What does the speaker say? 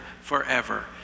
forever